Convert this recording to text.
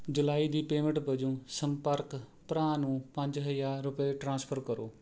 ਜੁਲਾਈ ਦੀ ਪੇਮੈਂਟ ਵਜੋਂ ਸੰਪਰਕ ਭਰਾ ਨੂੰ ਪੰਜ ਹਜ਼ਾਰ ਰੁਪਏ ਟ੍ਰਾਂਸਫਰ ਕਰੋ